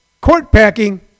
court-packing